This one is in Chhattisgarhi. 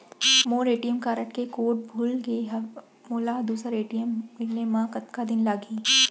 मोर ए.टी.एम कारड के कोड भुला गे हव, मोला दूसर ए.टी.एम मिले म कतका दिन लागही?